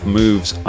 moves